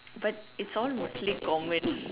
but is all mostly common